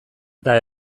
eta